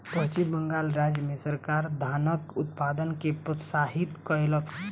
पश्चिम बंगाल राज्य मे सरकार धानक उत्पादन के प्रोत्साहित कयलक